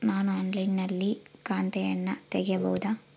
ನಾನು ಆನ್ಲೈನಿನಲ್ಲಿ ಖಾತೆಯನ್ನ ತೆಗೆಯಬಹುದಾ?